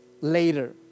later